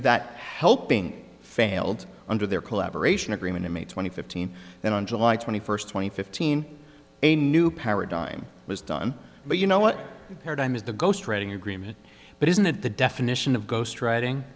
that helping failed under their collaboration agreement in may twenty fifteen then on july twenty first twenty fifteen a new paradigm was done but you know what paradigm is the ghostwriting agreement but isn't it the definition of ghostwriting